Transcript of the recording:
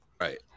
Right